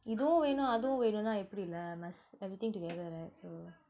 இதுவு வேணு அதுவு வேணுனா எப்படி இல்ல:ithuvu venu athuvu venuna eppadi illa must everything together right so